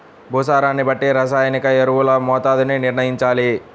భూసారాన్ని బట్టి రసాయనిక ఎరువుల మోతాదుని నిర్ణయంచాలి